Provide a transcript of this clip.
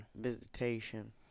Visitation